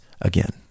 again